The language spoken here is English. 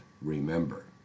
remember